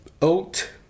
Oat